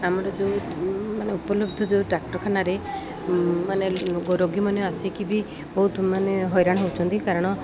ଆମର ଯେଉଁମାନେ ଉପଲବ୍ଧ ଯେଉଁ ଡାକ୍ଟରଖାନାରେ ମାନେ ରୋଗୀମାନେ ଆସିକି ବି ବହୁତ ମାନେ ହଇରାଣ ହେଉଛନ୍ତି କାରଣ